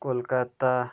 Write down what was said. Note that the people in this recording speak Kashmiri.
کولکَتہ